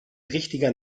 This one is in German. richtiger